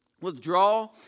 Withdraw